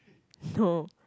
so